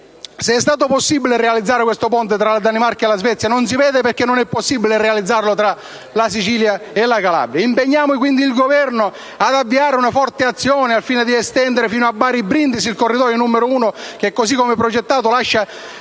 se è stato possibile realizzare questo ponte tra la Danimarca e la Svezia, non si vede perché non è possibile realizzarne uno analogo tra la Sicilia e la Calabria. Proponiamo pertanto di impegnare il Governo ad avviare una forte azione al fine di estendere fino a Bari e Brindisi il corridoio 1 che, così come progettato, lascia